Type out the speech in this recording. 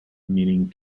meaning